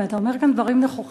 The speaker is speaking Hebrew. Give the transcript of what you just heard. ואתה אומר כאן דברים נכוחים,